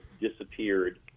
disappeared